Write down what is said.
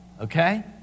Okay